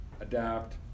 adapt